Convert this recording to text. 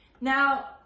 Now